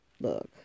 look